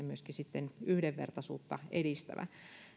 myöskin yhdenvertaisuutta edistävä